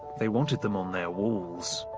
they wanted them on their walls.